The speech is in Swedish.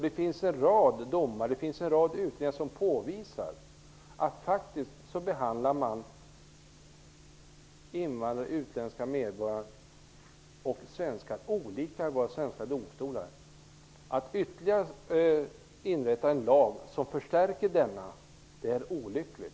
Det finns en rad utredningar som påvisar att man faktiskt behandlar invandrare, utländska medborgare och svenskar olika i våra svenska domstolar. Att inrätta en lag som förstärker detta är olyckligt.